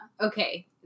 Okay